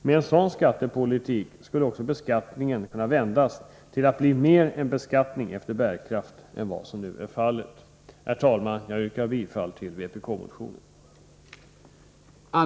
Med en sådan skattepolitik skulle också beskattningen kunna vändas till att mer bli en beskattning efter bärkraft än vad som nu är fallet. Herr talman! Jag yrkar bifall till vpk-motionen.